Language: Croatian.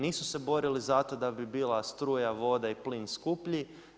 Nisu se borili za to da bi bila struja, voda i plin skuplji.